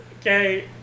Okay